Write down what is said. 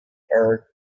are